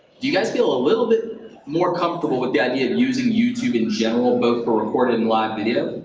do you guys feel a little bit more comfortable with the idea of using youtube in general, both for recorded and live video?